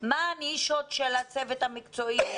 מה הנישות של הצוות המקצועי?